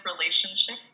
relationship